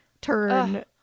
turn